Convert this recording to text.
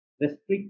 restrict